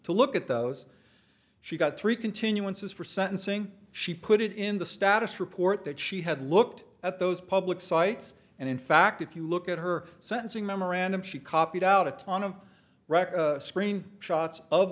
to look at those she got three continuances for sentencing she put it in the status report that she had looked at those public sites and in fact if you look at her sentencing memorandum she copied out a ton of record screen shots of